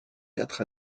quatre